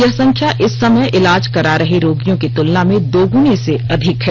यह संख्या इस समय इलाज करा रहे रोगियों की तुलना में दोगुने से अधिक है